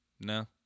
No